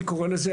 אני קורא לזה,